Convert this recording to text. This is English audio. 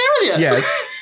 yes